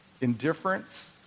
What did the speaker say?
indifference